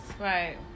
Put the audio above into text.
Right